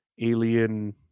alien